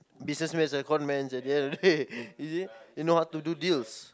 businessmen are conmen at the end of the day is it they know how to do deals